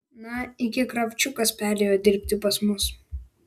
na iki kravčiukas perėjo dirbti pas mus